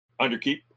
underkeep